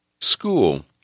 School